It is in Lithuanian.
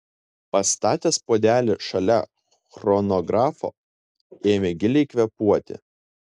pastatęs puodelį šalia chronografo ėmė giliai kvėpuoti